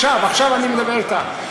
עכשיו, עכשיו אני מדבר אתה.